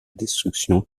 destruction